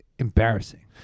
embarrassing